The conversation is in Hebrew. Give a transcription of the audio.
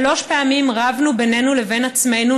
שלוש פעמים רבנו בינינו לבין עצמנו,